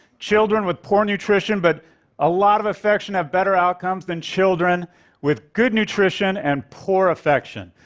children with poor nutrition but a lot of affection have better outcomes than children with good nutrition and poor affection.